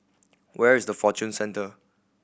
where is the Fortune Centre